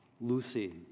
Lucy